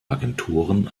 agenturen